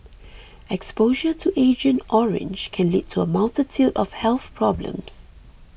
exposure to Agent Orange can lead to a multitude of health problems